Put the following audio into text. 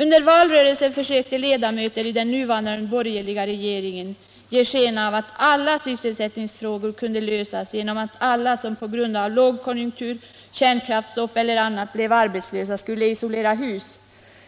Under valrörelsen försökte ledamöter i den nuvarande borgerliga regeringen ge sken av att alla sysselsättningsfrågor kunde lösas genom att de som på grund av lågkonjunktur, kärnkraftsstopp eller annat blev arbetslösa skulle isolera hus.